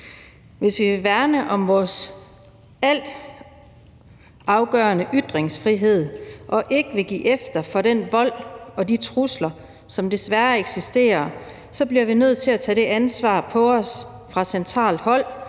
Hvis vi vil værne om vores altafgørende ytringsfrihed og ikke vil give efter for den vold og de trusler, som desværre eksisterer, bliver vi nødt til at tage det ansvar på os fra centralt hold